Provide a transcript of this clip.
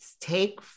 take